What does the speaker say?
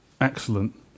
excellent